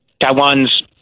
Taiwan's